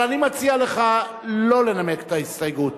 אבל אני מציע לך לא לנמק את ההסתייגות,